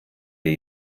wir